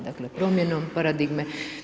Dakle promjenom paradigme.